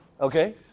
Okay